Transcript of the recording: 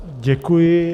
Děkuji.